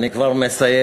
אני כבר מסיים.